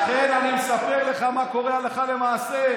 לכן אני מספר לך מה קורה הלכה למעשה.